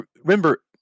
remember